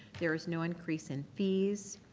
there is no increase in fees.